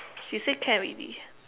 she say can already